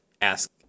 Ask